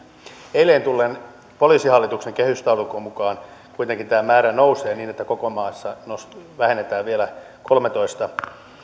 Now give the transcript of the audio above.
eilen tulleen poliisihallituksen kehystaulukon mukaan kuitenkin tämä määrä nousee niin että koko maassa vähennetään vielä kolmetoista